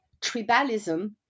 tribalism